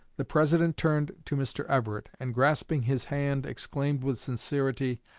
the president turned to mr. everett, and, grasping his hand, exclaimed with sincerity,